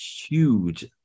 huge